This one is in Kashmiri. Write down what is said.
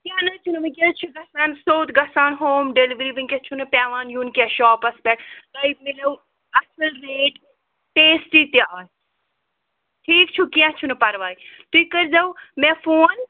کیٚنٛہہ نہَ حظ چھُنہٕ وُنکٮ۪س چھُ گژھان سیوٚد گژھان ہوم ڈٚیلؤری وُنکٮ۪س چھُنہٕ پی۪وان یُن کیٚنٛہہ شاپَس پٮ۪ٹھ تۄہہِ میلو اَصل ریٹ ٹیسٹی تہِ آسہِ ٹھیٖک چھُ کیٚنٛہہ چھُنہٕ پَرواے تُہۍ کٔرۍزیو مےٚ فون